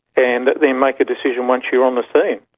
and then make a decision once you're on the scene.